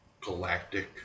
galactic